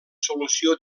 solució